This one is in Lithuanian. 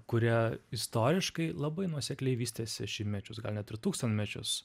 kurie istoriškai labai nuosekliai vystėsi šimtmečius gal net ir tūkstantmečius